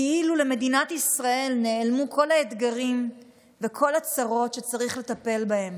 כאילו שלמדינת ישראל נעלמו כל האתגרים וכל הצרות שצריך לטפל בהם.